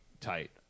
tight